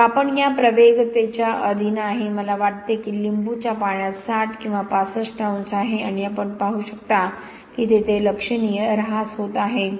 मग आपण या प्रवेगकतेच्या अधीन आहे मला वाटते की लिंबूच्या पाण्यात 60 किंवा 65° आहे आणि आपण पाहू शकता की तेथे लक्षणीय ऱ्हास होत आहे